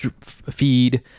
feed